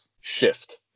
shift